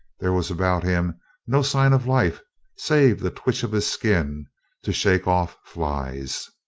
there was about him no sign of life save the twitch of his skin to shake off flies.